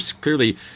clearly